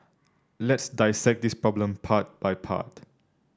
let's dissect this problem part by part